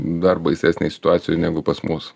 dar baisesnėj situacijoj negu pas mus